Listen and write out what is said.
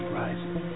rising